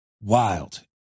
Wild